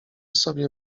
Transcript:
sobie